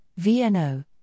VNO